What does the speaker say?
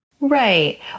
Right